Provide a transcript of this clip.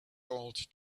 gold